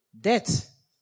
death